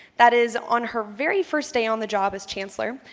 that is, on her very first day on the job as chancellor,